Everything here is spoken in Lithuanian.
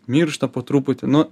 miršta po truputi nu